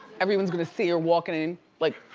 everyone's gonna see her walking in. like